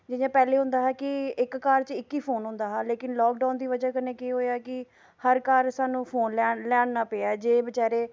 जियां पैह्ले होंदा हा कि इक घार च इक ही फोन होंदा हा लेकिन लाकडोउन दी बजह कन्नै केह् होएआ कि हर घार सानूं फोन लैन लैना पेआ जे बचैरे